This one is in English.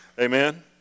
Amen